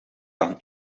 aan